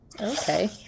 okay